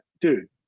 dude